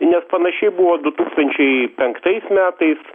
nes panašiai buvo du tūkstančiai penktais metais